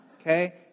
Okay